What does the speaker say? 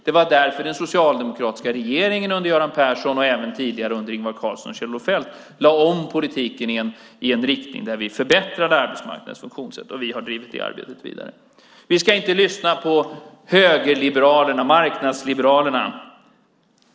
Det var därför den socialdemokratiska regeringen under Göran Persson och även tidigare under Ingvar Carlsson och Kjell-Olof Feldt lade om politiken i en riktning som förbättrade arbetsmarknadens funktionssätt. Vi har drivit det arbetet vidare. Vi ska inte lyssna på högerliberalerna och marknadsliberalerna.